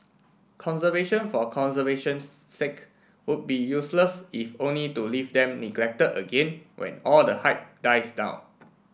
conservation for conservation's sake would be useless if only to leave them neglected again when all the hype dies down